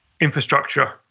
infrastructure